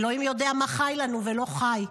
אלוהים יודע מי חי לנו ומי לא חי,